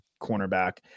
cornerback